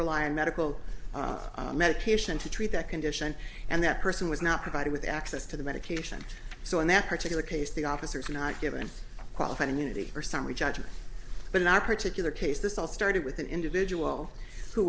rely on medical medication to treat that condition and that person was not provided with access to the medication so in that particular case the officers were not given qualified immunity or summary judgment but in our particular case this all started with an individual who